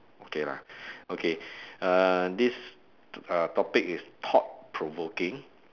okay lah okay uh this uh topic is thought provoking